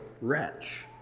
wretch